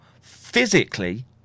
physically